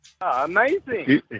Amazing